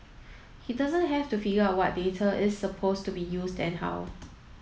he doesn't have to figure out what data is supposed to be used and how